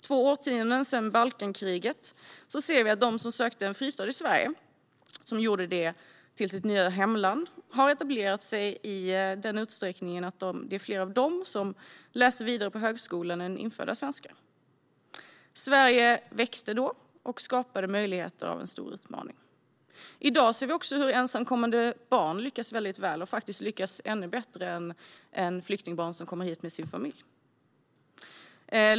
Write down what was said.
Två årtionden efter Balkankriget ser vi att de som sökte en fristad i Sverige och gjorde det till sitt nya hemland har etablerat sig i en sådan utsträckning att det är fler av dem som läser vidare på högskolan än infödda svenskar. Sverige växte och skapade möjligheter av en stor utmaning. I dag ser vi också hur ensamkommande barn lyckas väldigt väl och faktiskt ännu bättre än flyktingbarn som kommit hit med sina familjer.